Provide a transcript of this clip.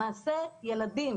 למעשה, ילדים